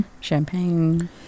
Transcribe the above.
Champagne